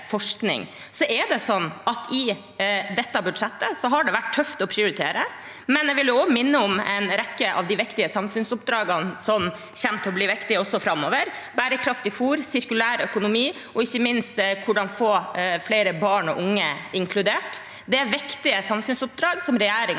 forskning. I dette budsjettet har det vært tøft å prioritere, men jeg vil minne om en rekke av de viktige samfunnsoppdragene som kommer til å bli viktige også framover: bærekraftig fôr, sirkulær økonomi og ikke minst hvordan å få flere barn og unge inkludert. Det er viktige samfunnsoppdrag som regjeringen